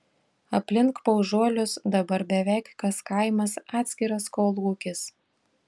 aplink paužuolius dabar beveik kas kaimas atskiras kolūkis